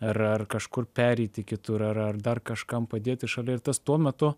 ar ar kažkur pereiti kitur ar ar dar kažkam padėti šalia ir tas tuo metu